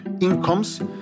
incomes